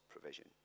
provision